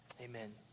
Amen